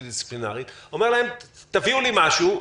ומולטי-דיסציפלינרית ואתה אומר להם: תביאו לי משהו.